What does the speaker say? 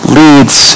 leads